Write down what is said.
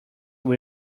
will